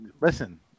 listen